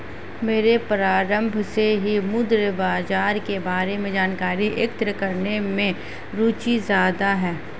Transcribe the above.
मेरी प्रारम्भ से ही मुद्रा बाजार के बारे में जानकारी एकत्र करने में रुचि ज्यादा है